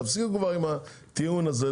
תפסיקו עם הטיעון הזה.